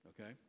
okay